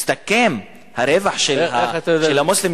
מסתכם הרווח שהמוסלמים,